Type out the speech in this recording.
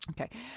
Okay